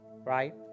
right